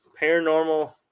paranormal